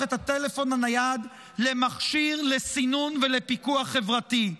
את הטלפון הנייד למכשיר לסינון ולפיקוח חברתי,